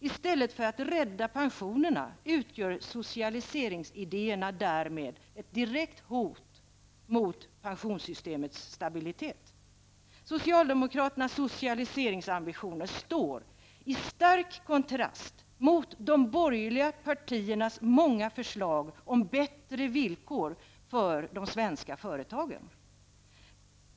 I stället för att rädda pensionerna utgör socialiseringsidéerna därmed ett direkt hot mot pensionssystemets stabilitet. Socialdemokraternas socialiseringsambitioner står i stark kontrast mot de borgerliga partiernas många förslag om bättre villkor för de svenska företagen.